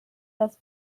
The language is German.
das